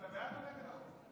אתה בעד או נגד?